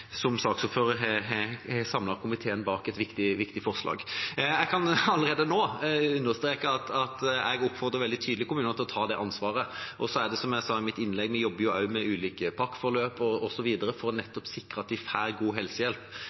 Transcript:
som saksordfører har samlet komiteen bak et viktig forslag. Jeg kan allerede nå understreke at jeg oppfordrer kommunene veldig tydelig til å ta det ansvaret. Som jeg sa i mitt innlegg, jobber vi også med ulike pakkeforløp osv. for nettopp å sikre at barna får god helsehjelp.